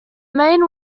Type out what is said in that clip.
main